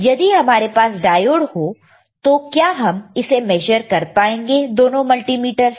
यदि हमारे पास डायोड हो तो क्या हम इसे मेजर कर पाएंगे दोनों मल्टीमीटर से